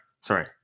sorry